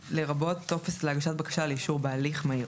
טופס להגשת בקשה לאישור בהליך מהיר,